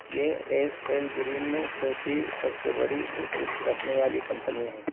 یہ S L Green میں چوتھی سب سے بڑی حصہ رکھنے والی کمپنی ہے